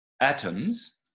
atoms